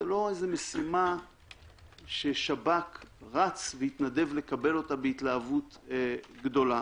זה לא איזושהי משימה ששב"כ רץ והתנדב לקבל אותה בהתלהבות גדולה.